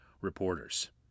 reporters